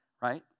Right